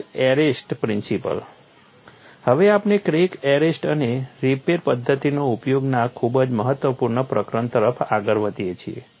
crack arrest principle હવે આપણે crack arrest અને રિપેર પદ્ધતિઓ ઉપરના ખૂબ જ મહત્વપૂર્ણ પ્રકરણ તરફ આગળ વધીએ છીએ